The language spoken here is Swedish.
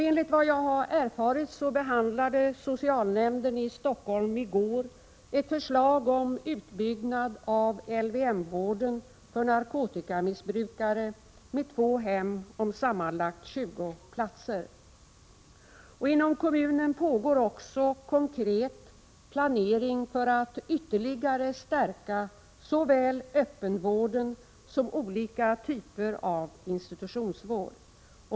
Enligt vad jag har erfarit behandlade socialnämnden i Stockholm i går ett förslag om utbyggnad av LVM-vården för narkotikamissbrukare med två hem om sammanlagt 20 platser. Inom kommunen pågår också konkret planering för att ytterligare stärka såväl öppenvården som olika typer av institutionsvård.